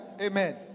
Amen